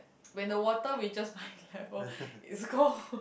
when the water reaches my level it's gone